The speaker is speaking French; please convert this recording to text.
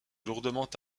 lourdement